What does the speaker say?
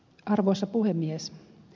arvoisa puhemies